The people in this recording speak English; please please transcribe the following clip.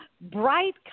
bright